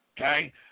okay